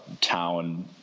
town